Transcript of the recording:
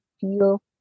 feel